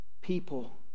people